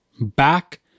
Back